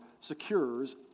secures